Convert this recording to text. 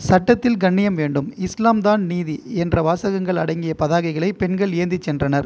சட்டத்தில் கண்ணியம் வேண்டும் இஸ்லாம் தான் நீதி என்ற வாசகங்கள் அடங்கிய பதாகைகளை பெண்கள் ஏந்திச் சென்றனர்